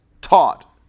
taught